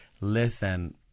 listen